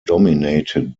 dominated